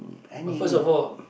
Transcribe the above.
but first of all